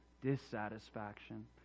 dissatisfaction